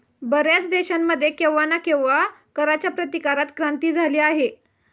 बर्याच देशांमध्ये केव्हा ना केव्हा कराच्या प्रतिकारात क्रांती झाली आहे